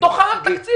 דוחה תקציב.